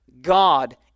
God